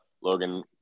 Logan